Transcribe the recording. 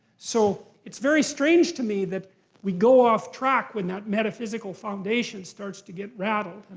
so it's very strange to me that we go off track when that metaphysical foundation starts to get rattled.